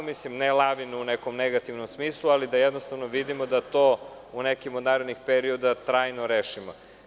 Ne mislim na lavinu u negativnom smislu, ali da jednostavno vidimo da to u nekim od narednih perioda trajno rešimo.